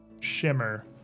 shimmer